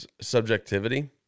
subjectivity